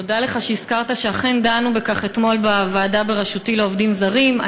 תודה לך שהזכרת שאכן דנו בכך אתמול בוועדה לעובדים זרים בראשותי.